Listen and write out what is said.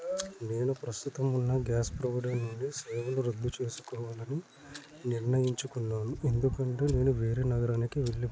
నేను ప్రస్తుతం ఉన్న గ్యాస్ ప్రొవైడర్ నుండి సేవలు రద్దు చేసుకోవాలని నిర్ణయించుకున్నాను ఎందుకంటే నేను వేరే నగరానికి వెళ్ళిపోతున్నాను